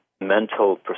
mental